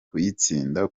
kuyitsinda